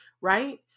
right